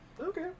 Okay